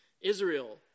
Israel